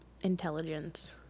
intelligence